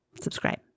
Subscribe